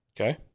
Okay